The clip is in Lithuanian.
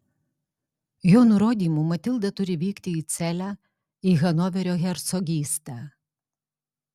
jo nurodymu matilda turi vykti į celę į hanoverio hercogystę